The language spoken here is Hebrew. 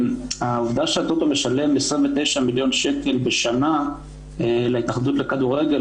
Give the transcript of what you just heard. העובדה שהטוטו משלם 29 מיליון שקל בשנה להתאחדות הכדורגל,